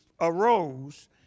arose